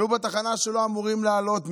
עלו בתחנה שלא אמורים לעלות ממנה,